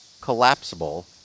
collapsible